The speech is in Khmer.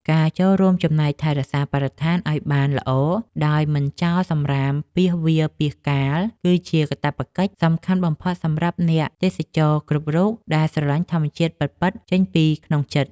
ការចូលរួមចំណែកថែរក្សាបរិស្ថានឱ្យបានល្អដោយមិនចោលសម្រាមពាសវាលពាសកាលគឺជាកាតព្វកិច្ចសំខាន់បំផុតសម្រាប់អ្នកទេសចរគ្រប់រូបដែលស្រឡាញ់ធម្មជាតិពិតៗចេញពីក្នុងចិត្ត។